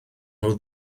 nhw